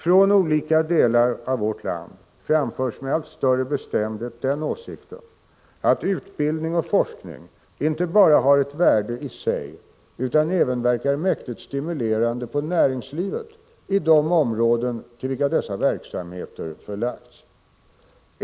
Från olika delar av vårt land framförs med allt större bestämdhet den åsikten att utbildning och forskning inte bara har ett värde i sig utan även verkar mäktigt stimulerande på näringslivet i de områden till vilka dessa verksamheter förlagts.